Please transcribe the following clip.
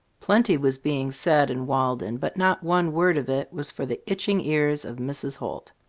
plenty was being said in walden, but not one word of it was for the itching ears of mrs. holt.